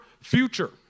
future